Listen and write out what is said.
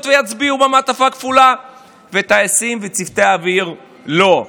ויצביעו במעטפה כפולה וטייסים וצוותי אוויר לא.